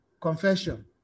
confession